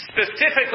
specifically